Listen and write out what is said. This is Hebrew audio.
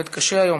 מזל טוב.